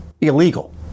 illegal